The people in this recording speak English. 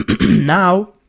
now